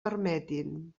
permetin